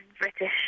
british